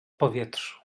powietrzu